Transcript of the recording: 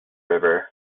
river